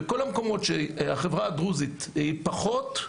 בכל המקומות בהם החברה הדרוזית היא פחות,